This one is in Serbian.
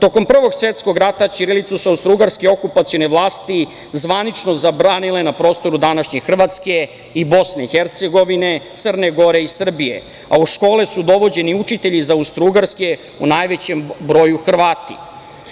Tokom Prvog svetskog rata ćirilicu su austrougarske okupacione vlasti zvanično zabranile na prostoru današnje Hrvatske, Bosne i Hercegovine, Crne Gore i Srbije, a u škole su dovođeni učitelji iz Austrougarske, u najvećem broju Hrvati,